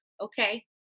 okay